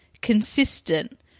consistent